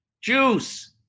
Juice